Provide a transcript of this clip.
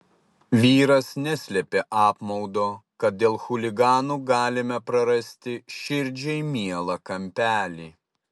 vyras neslėpė apmaudo kad dėl chuliganų galime prarasti širdžiai mielą kampelį